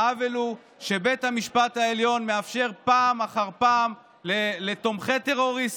העוול הוא שבית המשפט העליון מאפשר פעם אחר פעם לתומכי טרור,